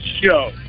show